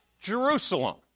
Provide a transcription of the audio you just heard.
Jerusalem